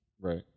Right